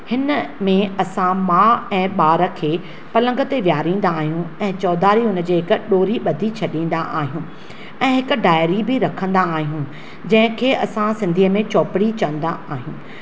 हिनमें असां माउ ऐं ॿारु खे पलंग ते वेहारिंदा आहियूं ऐं चौधारी हुन जे हिकु ॾोरी बधी छॾिंदा आहियूं ऐं हिकु डायरी बि रखिंदा आहियूं जंहिंखे असां सिंधीअ में चौपड़ी चवंदा आहियूं